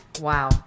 Wow